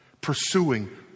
pursuing